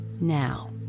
Now